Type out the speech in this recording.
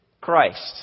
Christ